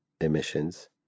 emissions